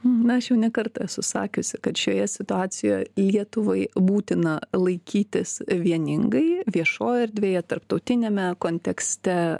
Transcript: na aš jau ne kartą esu sakiusi kad šioje situacijoj lietuvai būtina laikytis vieningai viešoj erdvėje tarptautiniame kontekste